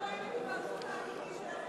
עכשיו רואים את הפרצוף האמיתי של הממשלה הזאת.